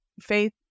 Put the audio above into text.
faith